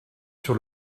sur